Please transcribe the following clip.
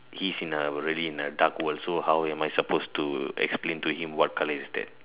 he's in a really in a dark world so how am I suppose to explain to him what colour is that